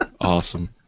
Awesome